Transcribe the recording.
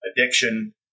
addiction